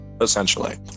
Essentially